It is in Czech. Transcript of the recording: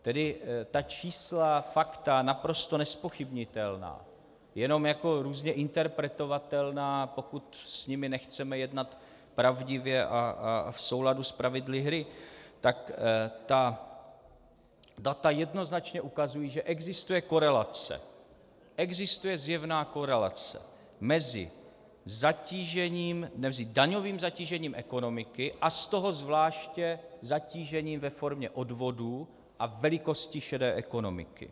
Tedy ta čísla, fakta naprosto nezpochybnitelná, jenom jako různě interpretovatelná, pokud s nimi nechceme jednat pravdivě a v souladu s pravidly hry, ta data jednoznačně ukazují, že existuje korelace, existuje zjevná korelace mezi daňovým zatížením ekonomiky a z toho zvláště zatížením ve formě odvodů a velikosti šedé ekonomiky.